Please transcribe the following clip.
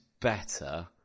better